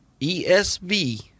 ESV